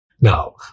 Now